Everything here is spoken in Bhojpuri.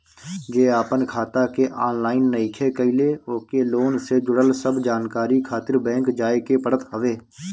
जे आपन खाता के ऑनलाइन नइखे कईले ओके लोन से जुड़ल सब जानकारी खातिर बैंक जाए के पड़त हवे